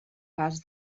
pas